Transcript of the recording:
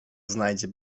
znajdzie